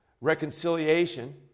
Reconciliation